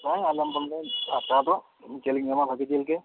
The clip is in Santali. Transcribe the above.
ᱨᱚᱲ ᱟᱞᱚᱢ ᱵᱚᱱᱫᱚᱭᱟ ᱠᱟᱛᱷᱟ ᱫᱚ ᱡᱤᱞ ᱤᱧ ᱮᱢᱟᱢᱟᱵᱷᱟᱹᱜᱤ ᱡᱤᱞᱜᱮ